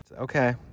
Okay